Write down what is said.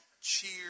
cheer